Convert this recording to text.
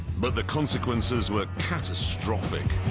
but the consequences were catastrophic.